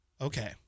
okay